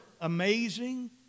amazing